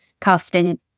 casting